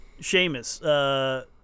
Seamus